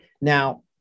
Now